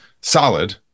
solid